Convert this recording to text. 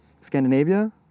Scandinavia